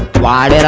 why